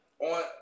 on